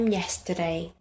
yesterday